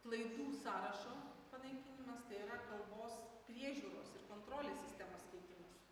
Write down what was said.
klaidų sąrašo panaikinimas tai yra kalbos priežiūros ir kontrolės sistemos ketimas